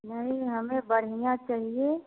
नहीं हमें बढ़िया चाहिए